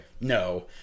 No